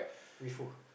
with who